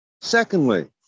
Secondly